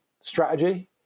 strategy